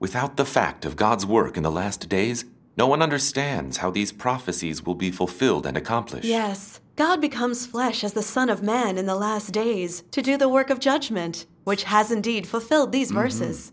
without the fact of god's work in the last days no one understands how these prophecies will be fulfilled and accomplished yes god becomes flesh as the son of man in the last days to do the work of judgment which has indeed fulfill these nurses